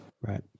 Right